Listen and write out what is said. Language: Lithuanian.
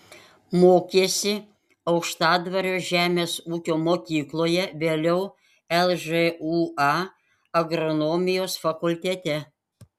mokėsi aukštadvario žemės ūkio mokykloje vėliau lžūa agronomijos fakultete